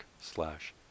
slash